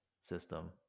system